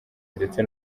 ndetse